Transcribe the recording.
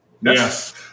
Yes